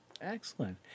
Excellent